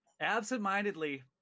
absentmindedly